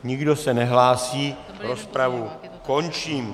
Nikdo se nehlásí, rozpravu končím.